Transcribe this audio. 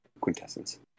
quintessence